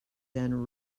than